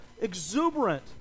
exuberant